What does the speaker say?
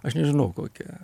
aš nežinau kokia